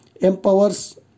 empowers